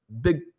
big